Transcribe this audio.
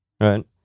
Right